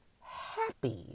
happy